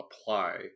apply